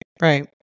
Right